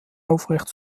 aufrecht